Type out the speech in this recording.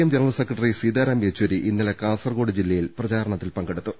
M general secretary Sitaram Yechury ഇന്നലെ കാസർകോട് ജില്ലയിൽ പ്രചാരണത്തിൽ പങ്കെടു ത്തു